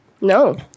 No